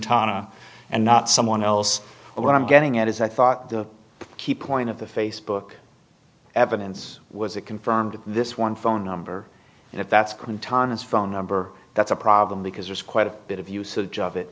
a and not someone else or what i'm getting at is i thought the key point of the facebook evidence was it confirmed this one phone number and if that's contaminants phone number that's a problem because there's quite a bit of usage of it